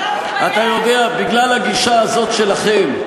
אתה יודע, בגלל הגישה הזאת שלכם,